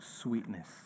sweetness